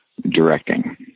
directing